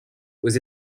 aux